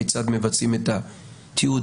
כיצד מבצעים את התיעוד,